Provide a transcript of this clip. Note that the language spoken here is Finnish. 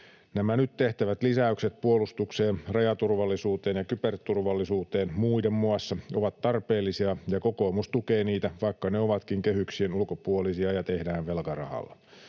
Nämä nyt tehtävät lisäykset puolustukseen, rajaturvallisuuteen ja kyberturvallisuuteen, muiden muassa, ovat tarpeellisia, ja kokoomus tukee niitä, vaikka ne ovatkin kehyksien ulkopuolisia ja tehdään velkarahalla.